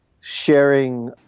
sharing